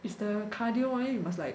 is the cardio [one] then you must like